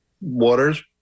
waters